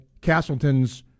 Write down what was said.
Castleton's